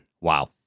Wow